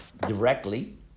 directly